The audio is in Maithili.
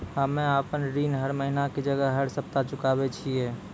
हम्मे आपन ऋण हर महीना के जगह हर सप्ताह चुकाबै छिये